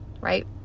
right